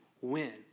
win